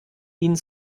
ihnen